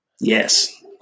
Yes